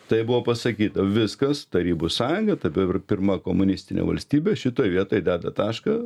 tai buvo pasakyta viskas tarybų sąjunga tada pirma komunistinė valstybė šitoj vietoj deda tašką